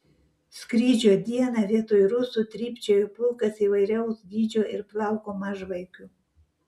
skrydžio dieną vietoj rusų trypčiojo pulkas įvairaus dydžio ir plauko mažvaikių